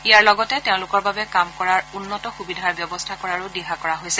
ইয়াৰ লগতে তেওঁলোকৰ বাবে কাম কৰাৰ উন্নত সুবিধাৰ ব্যৱস্থা কৰাৰো দিহা কৰা হৈছে